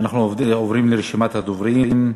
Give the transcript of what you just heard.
אנחנו עוברים לרשימת הדוברים.